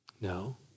No